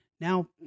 now